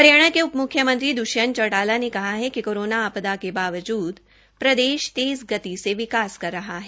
हरियाणा के उप मुख्यमंत्री दुष्यंत चौटाला ने कहा है कि कोरोना आपदा के बावजूद प्रदेश तेज़ गति से विकास कर रहा है